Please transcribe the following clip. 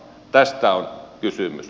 tästä on kysymys